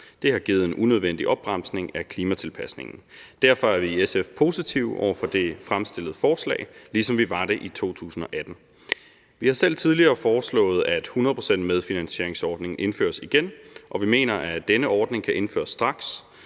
Det har givet en unødvendig opbremsning af klimatilpasningen. Derfor er vi i SF positive over for det fremsatte forslag, ligesom vi var det i 2018. Vi har selv tidligere foreslået, at 100-procentsmedfinansieringsordningen indføres igen, og vi mener, at denne ordning kan indføres straks.